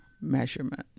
measurement